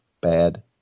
bad